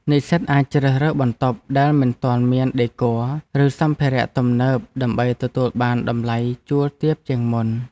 និស្សិតអាចជ្រើសរើសបន្ទប់ដែលមិនទាន់មានដេគ័រ ឬសម្ភារៈទំនើបដើម្បីទទួលបានតម្លៃជួលទាបជាងមុន។